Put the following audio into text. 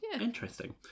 Interesting